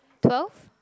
twelve